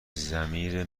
ضمیر